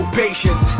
patience